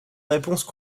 réponses